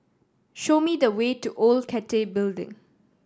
show me the way to Old Cathay Building